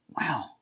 wow